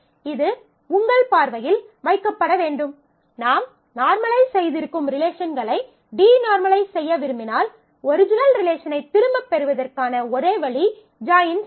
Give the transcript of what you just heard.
இது உங்கள் பார்வையில் வைக்கப்பட வேண்டும் நாம் நார்மலைஸ் செய்திருக்கும் ரிலேஷன்களை டீநார்மலைஸ் செய்ய விரும்பினால் ஒரிஜினல் ரிலேஷனைத் திரும்பப் பெறுவதற்கான ஒரே வழி ஜாயின் செய்வதே